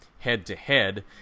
Head-to-head